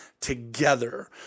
together